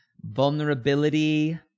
vulnerability